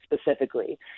specifically